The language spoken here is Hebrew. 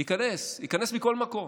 ייכנס, ייכנס מכל מקום.